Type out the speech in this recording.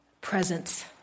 presence